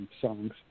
songs